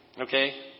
okay